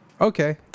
Okay